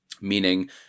meaning